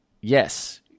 yes